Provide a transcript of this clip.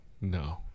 No